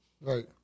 Right